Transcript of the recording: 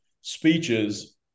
speeches